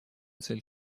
цель